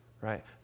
right